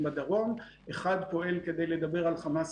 למעשה,